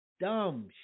Dumb